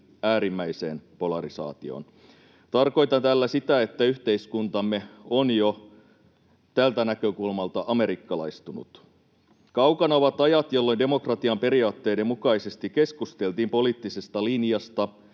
äärimmäiseen polarisaatioon. Tarkoitan tällä sitä, että yhteiskuntamme on tältä näkökulmalta jo amerikkalaistunut. Kaukana ovat ajat, jolloin demokratian periaatteiden mukaisesti keskusteltiin poliittisesta linjasta